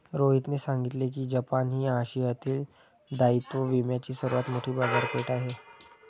रोहितने सांगितले की जपान ही आशियातील दायित्व विम्याची सर्वात मोठी बाजारपेठ आहे